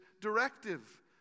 directive